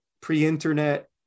Pre-internet